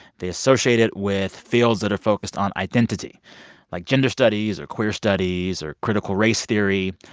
they associate it with fields that are focused on identity like, gender studies or queer studies or critical race theory.